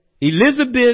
Elizabeth